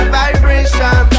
vibration